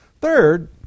Third